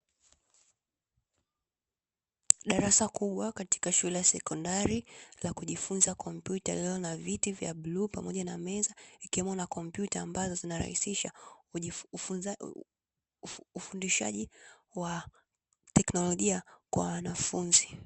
Darasa kubwa katika shule ya sekondari la kujifunza kompyuta lililo na viti vya bluu pamoja na meza ikiwemo na kompyuta ambazo zinarahisisha ufundishaji wa teknolojia kwa wanafunzi.